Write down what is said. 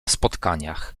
spotkaniach